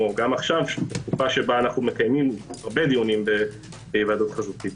גם עכשיו בתקופה שבה אנו מקיימים הרבה דיונים בהיוועדות חזותית.